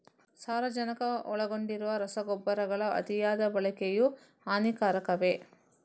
ಸಾರಜನಕ ಒಳಗೊಂಡಿರುವ ರಸಗೊಬ್ಬರಗಳ ಅತಿಯಾದ ಬಳಕೆಯು ಹಾನಿಕಾರಕವೇ?